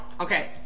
okay